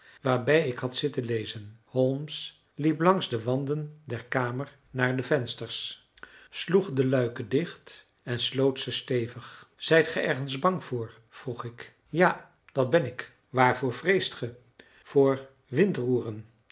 waarbij ik had zitten lezen holmes liep langs de wanden der kamer naar de vensters sloeg de luiken dicht en sloot ze stevig zijt gij ergens bang voor vroeg ik ja dat ben ik waarvoor vreest ge voor